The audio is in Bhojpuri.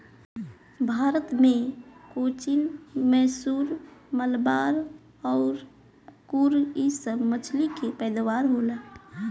भारत मे कोचीन, मैसूर, मलाबार अउर कुर्ग इ सभ मछली के पैदावार होला